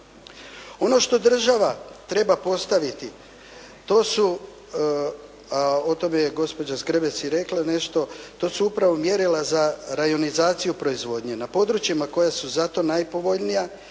Zgrebec i rekla nešto to su upravo mjerila za rajonizaciju proizvodnje na područjima koja su za to najpovoljnija i